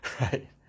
Right